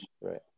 right